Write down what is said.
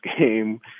game